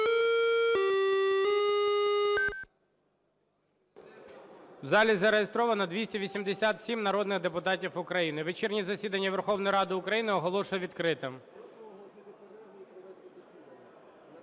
У залі зареєстровано 287 народних депутатів України. Вечірнє засідання Верховної Ради оголошую відкритим.